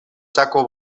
chaco